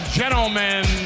gentlemen